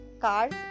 cars